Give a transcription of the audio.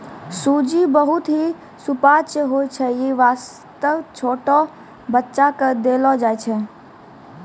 सूजी बहुत हीं सुपाच्य होय छै यै वास्तॅ छोटो बच्चा क भी देलो जाय छै